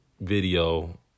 video